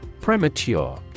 Premature